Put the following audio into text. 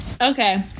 Okay